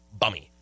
bummy